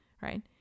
right